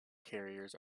carriers